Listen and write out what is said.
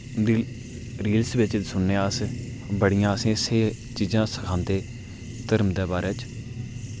reels बिच्च सुनने अस बड़ियां असें स्हेई चीजां सखांदे धर्म दै बारै च